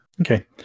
Okay